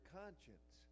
conscience